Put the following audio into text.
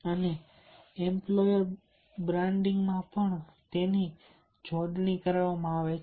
અને employer branding માં પણ તેની જોડણી કરવામાં આવે છે